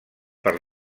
per